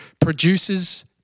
produces